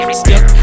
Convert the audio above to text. step